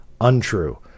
untrue